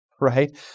right